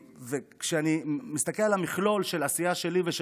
כשאני מסתכל על המכלול של העשייה שלי ושל